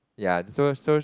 ya so so